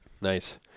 Nice